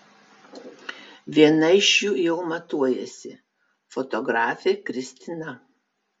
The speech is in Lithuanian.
vieną iš jų jau matuojasi fotografė kristina